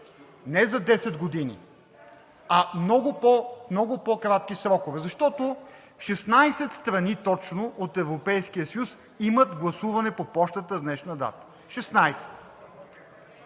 не за 10 години, а много по-кратки срокове, защото 16 страни точно от Европейския съюз имат гласуване по пощата с днешна дата – 16!